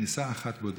יש כניסה בודדת.